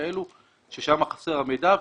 ששם חסר המידע.